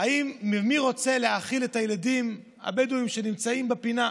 מי רוצה להאכיל את הילדים הבדואים שנמצאים בפינה,